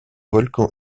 volcan